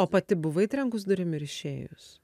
o pati buvai trenkus durim ir išėjus